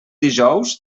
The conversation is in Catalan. dijous